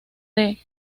del